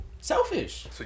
Selfish